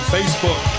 Facebook